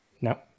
No